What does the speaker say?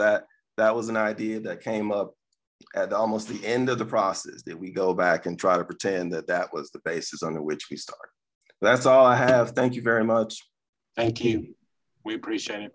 that that was an idea that came up at almost the end of the process that we go back and try to pretend that that was the basis on which we started that's all i have thank you very much thank you we appreciate